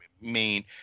main